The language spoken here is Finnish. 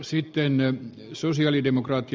sitten ne on sosialidemokraatti